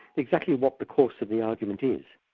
exactly what the course of the argument is.